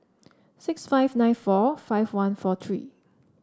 six five nine four five one four three